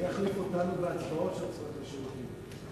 מי יחליף אותנו בהצבעות כשאנחנו נצטרך לצאת לשירותים?